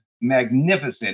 magnificent